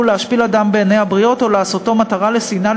להשפיל אדם בעיני הבריות או לעשותו מטרה לשנאה,